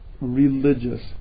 religious